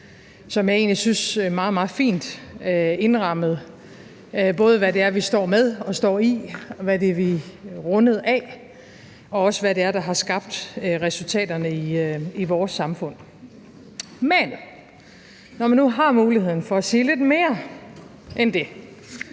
som jeg syntes meget, meget fint indrammede både hvad det er, vi står med og står i, hvad det er, vi er rundet af, og også hvad det er, der har skabt resultaterne i vores samfund. Men når man nu har muligheden for at sige lidt mere end det,